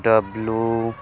W